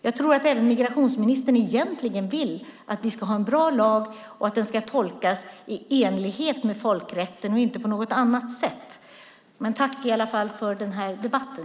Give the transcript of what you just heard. Jag tror att även migrationsministern egentligen vill att vi ska ha en bra lag och att den ska tolkas i enlighet med folkrätten, inte på något annat sätt. Jag vill i alla fall tacka för den här debatten!